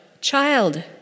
Child